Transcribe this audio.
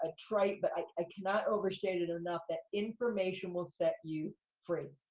ah trite, but i cannot overstate it enough, that information will set you free.